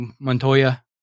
Montoya